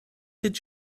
did